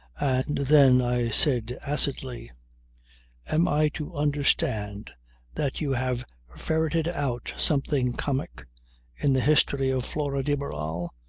and then i said acidly am i to understand that you have ferreted out something comic in the history of flora de barral?